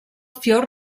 fiord